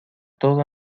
todo